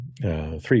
three